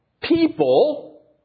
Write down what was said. people